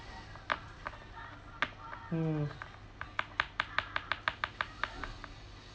mm